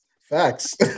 Facts